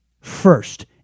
first